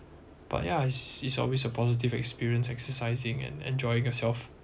but yeah it's it's always a positive experience exercising and enjoying yourself